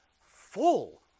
full